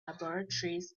laboratories